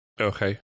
Okay